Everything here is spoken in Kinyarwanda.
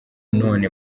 none